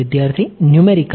વિદ્યાર્થી ન્યૂમેરિકલ